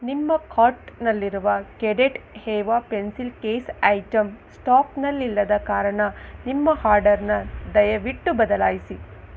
ನಿಮ್ಮ ಕಾರ್ಟ್ನಲ್ಲಿರುವ ಕೆಡೆಟ್ ಹೇವಾ ಪೆನ್ಸಿಲ್ ಕೇಸ್ ಐಟಂ ಸ್ಟಾಕ್ನಲ್ಲಿಲ್ಲದ ಕಾರಣ ನಿಮ್ಮ ಹಾರ್ಡರನ್ನ ದಯವಿಟ್ಟು ಬದಲಾಯಿಸಿ